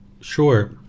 Sure